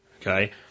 Okay